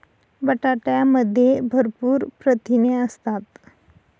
बटाट्यामध्ये भरपूर प्रथिने असतात